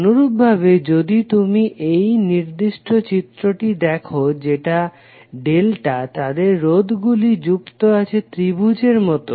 অনুরূপভাবে যদি তুমি এই নির্দিষ্ট চিত্রটি দেখো যেটা ডেল্টা তাদের রোধগুলি যুক্ত আছে ত্রিভুজের মতো